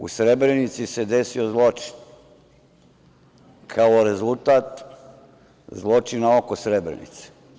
U Srebrenici se desio zločin kao rezultat zločina oko Srebrenice.